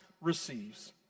receives